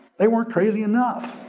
they weren't crazy enough.